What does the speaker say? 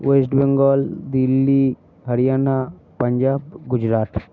West Bengal Delhi Haryana Punjab Gujarat